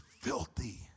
filthy